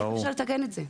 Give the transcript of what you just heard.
איך אפשר לתקן את זה?